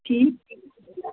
ٹھیٖک